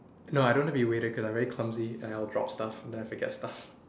no I don't want to be waiter cause I'm very clumsy and I'll drop stuff then I'll forget stuff